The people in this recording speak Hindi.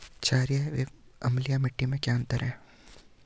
छारीय एवं अम्लीय मिट्टी में क्या अंतर है?